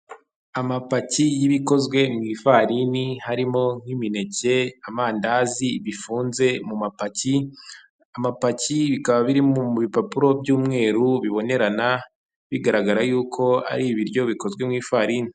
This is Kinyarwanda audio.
Amapaki y'ibikozwe mu ifarini harimo nk'imineke, amandazi, bifunze mu mapaki, amapaki bikaba biri mu bipapuro by'umweru bibonerana, bigaragara yuko ari ibiryo bikozwe mu ifarini.